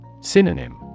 Synonym